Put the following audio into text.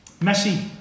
Messi